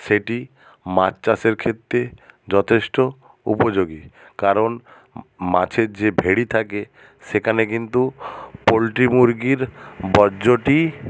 সেটি মাছ চাষের ক্ষেত্রে যথেষ্ট উপযোগী কারণ মাছের যে ভেড়ি থাকে সেখানে কিন্তু পোলট্রি মুরগির বর্জটি